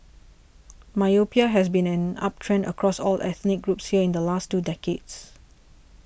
myopia has been on an uptrend across all ethnic groups here in the last two decades